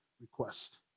request